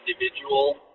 individual